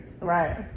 right